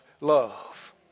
love